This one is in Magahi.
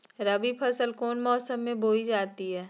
रबी फसल कौन मौसम में बोई जाती है?